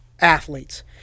athletes